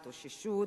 ההתאוששות,